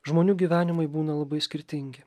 žmonių gyvenimai būna labai skirtingi